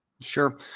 Sure